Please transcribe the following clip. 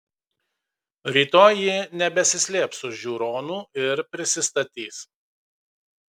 rytoj ji nebesislėps už žiūronų ir prisistatys